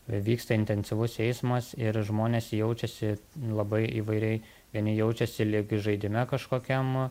vyksta intensyvus eismas ir žmonės jaučiasi labai įvairiai vieni jaučiasi lyg žaidime kažkokiam